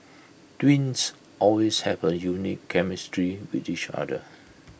twins often have A unique chemistry with each other